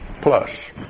Plus